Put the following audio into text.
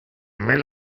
müll